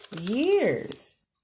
years